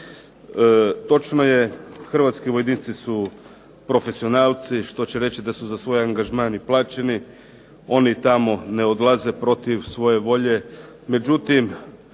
Točno je, hrvatski vojnici su profesionalci što će reći da su za svoj angažman i plaćeni. Oni tamo ne odlaze protiv svoje volje.